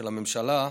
של הממשלה,